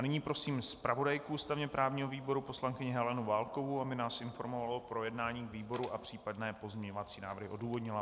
Nyní prosím zpravodajku ústavněprávního výboru poslankyni Helenu Válkovou, aby nás informovala o projednání výboru a případné pozměňovací návrhy odůvodnila.